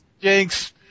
Jinx